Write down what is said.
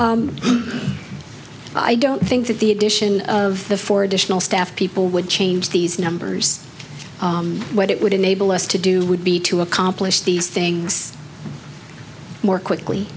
staff i don't think that the addition of the four additional staff people would change these numbers what it would enable us to do would be to accomplish these things more quickly